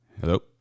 Hello